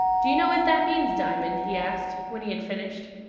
do you know what that means, diamond? he asked, when he had finished.